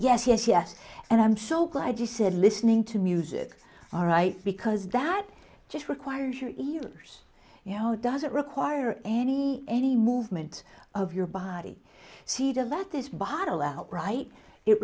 yes yes yes and i'm so glad you said listening to music all right because that just requires your ears you know doesn't require any any movement of your body see to that this bottle out right it